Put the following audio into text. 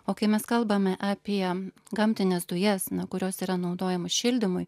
o kai mes kalbame apie gamtines dujas na kurios yra naudojamos šildymui